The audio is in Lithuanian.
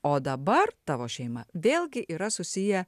o dabar tavo šeima vėlgi yra susiję